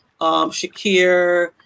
Shakir